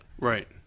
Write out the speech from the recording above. Right